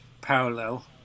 parallel